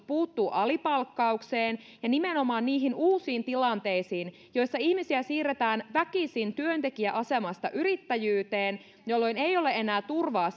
puuttuu alipalkkaukseen ja nimenomaan niihin uusiin tilanteisiin joissa ihmisiä siirretään väkisin työntekijäasemasta yrittäjyyteen jolloin ei ole enää turvaa